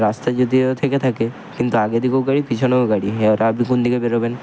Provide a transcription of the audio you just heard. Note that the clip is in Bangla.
রাস্তা যদিও থেকে থাকে কিন্তু আগে দিকে গাড়ি পিছনেও গাড়ি হ্যাঁ এবার আপনি কোন দিকে বেরোবেন